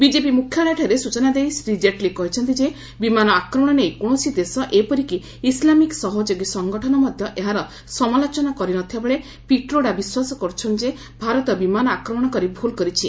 BJP ମ୍ରଖ୍ୟାଳୟଠାରେ ସ୍ୱଚନା ଦେଇ ଶ୍ରୀ ଜେଟଲୀ କହିଛନ୍ତି ଯେ ବିମାନ ଆକ୍ରମଣ ନେଇ କୌଣସି ଦେଶ ଏପରିକି ଇସଲ୍ାମିକ ସହଯୋଗୀ ସଂଗଠନ ମଧ୍ୟ ଏହାର ସମାଲୋଚନା କରି ନ ଥିବାବେଳେ ପିଟ୍ରୋଡା ବିଶ୍ୱାସ କର୍ରଛନ୍ତି ଯେ ଭାରତ ବିମାନ ଆକ୍ରମଣ କରି ଭୁଲ୍ କରିଛି